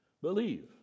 believe